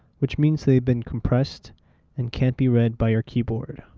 which means they've been compressed and can't be read by your keyboard.